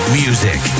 music